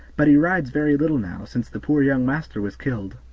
but he rides very little now, since the poor young master was killed.